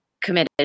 committed